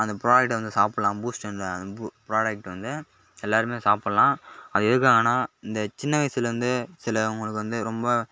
அந்த ப்ராடக்டை வந்து சாப்புடலாம் பூஸ்ட் இந்த ப்ராடக்ட் வந்து எல்லோருமே சாப்புடலாம் அது எதுக்காகனால் இந்த சின்ன வயதுலந்தே சில உங்களுக்கு வந்து ரொம்ப